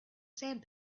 sand